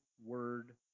word